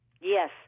Yes